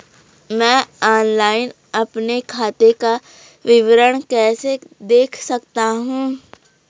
मैं ऑनलाइन अपने खाते का विवरण कैसे देख सकता हूँ?